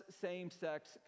same-sex